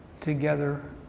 together